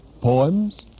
poems